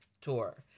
tour